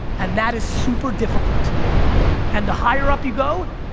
and that is super-difficult and the higher up you go,